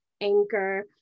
anchor